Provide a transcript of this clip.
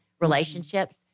relationships